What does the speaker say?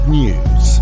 news